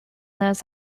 knows